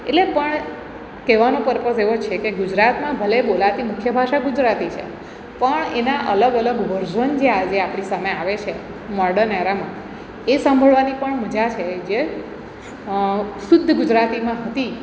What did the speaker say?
એટલે પણ કેવાનો પર્પઝ એવો છે ગુજરાતમાં ભલે બોલાતી મુખ્ય ભાષા ગુજરાતી છે પણ એના અલગ અલગ વર્ઝન જે આજે આપણી સામે આવે છે મોડર્ન એરામાં એ સાંભળવાની પણ મજા છે જે શુદ્ધ ગુજરાતીમાં હતી